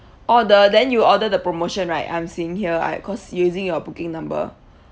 oh the then you order the promotion right I'm seeing here I cause using your booking number